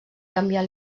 canviar